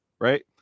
right